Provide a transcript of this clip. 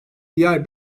diğer